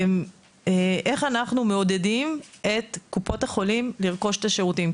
איך אנחנו מעודדים את קופות החולים לרכוש את השירותים.